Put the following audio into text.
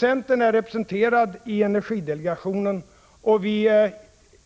Centern är representerad i energidelegationen, och